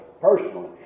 personally